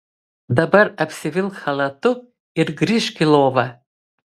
dabar apsivilk chalatu ir grįžk į lovą